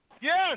Yes